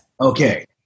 Okay